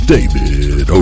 David